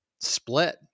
split